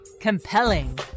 Compelling